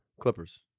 Clippers